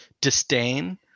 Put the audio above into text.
disdain